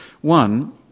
One